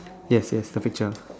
yes yes the picture